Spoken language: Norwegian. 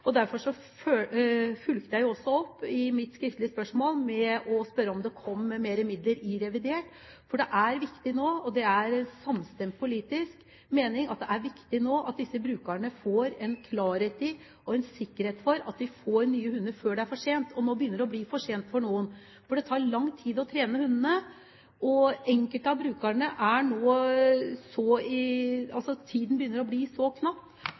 og derfor fulgte jeg det opp i mitt skriftlige spørsmål ved å spørre om det kom mer midler i revidert – for det er viktig nå. Det er en samstemt politisk mening om at det er viktig at disse brukerne får en klarhet i og en sikkerhet for at de får nye hunder før det er for sent. Og nå begynner det å bli for sent for noen, for det tar lang tid å trene hundene. Tiden begynner å bli knapp; det er